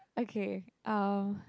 okay uh